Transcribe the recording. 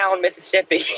Mississippi